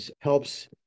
helps